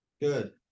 Good